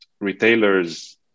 retailers